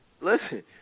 listen